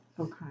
Okay